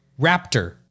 raptor